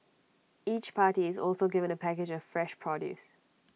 each party is also given A package of fresh produce